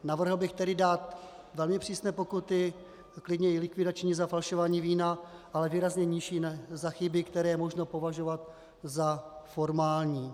Navrhl bych tedy dát velmi přísné pokuty, klidně i likvidační, za falšování vína, ale výrazně nižší za chyby, které je možno považovat za formální.